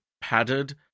padded